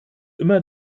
immer